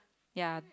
ya